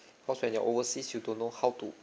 cause when you are overseas you don't know how to